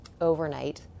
overnight